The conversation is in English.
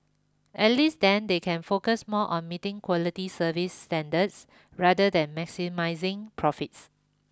at least then they can focus more on meeting quality service standards rather than maximising profits